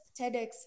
TEDx